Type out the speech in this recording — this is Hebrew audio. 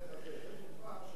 תן דוגמה.